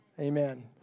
Amen